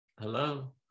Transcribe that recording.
Hello